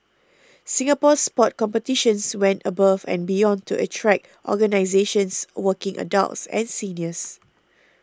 Singapore Sport Competitions went above and beyond to attract organisations working adults and seniors